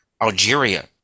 Algeria